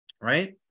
right